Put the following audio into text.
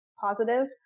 positive